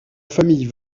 famille